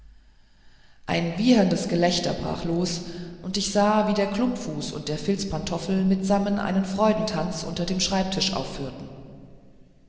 ein wieherndes gelächter brach los und ich sah wie der klumpfuß und der filzpantoffel mitsammen einen freudentanz unter dem schreibtisch aufführten